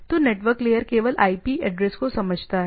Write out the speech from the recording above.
तो network layer केवल IP address को समझता है